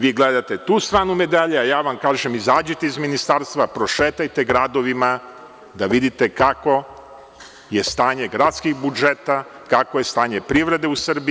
Vi gledate tu stranu medalja, a ja vam kažem - izađite iz Ministarstva i prošetajte gradovima da vidite kakvo je stanje gradskih budžeta, kakvo je stanje privrede u Srbiji.